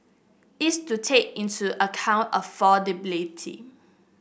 is to take into account affordability